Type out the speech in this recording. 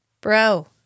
bro